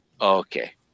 Okay